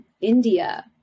india